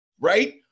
right